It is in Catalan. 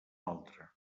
altre